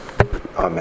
Amen